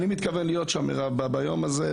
מירב, אני מתכוון להיות שם ביום הזה,